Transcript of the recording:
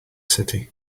city